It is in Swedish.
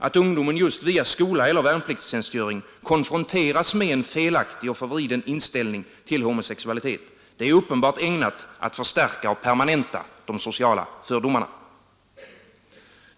Att ungdomen just via skola och värnpliktstjänstgöring konfronteras med en felaktig och förvriden inställning till homosexualitet är uppenbart ägnat att förstärka och permanenta sociala fördomar.